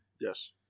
Yes